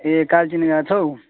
ए कालचिनी गएको छौ